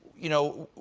you know,